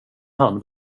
han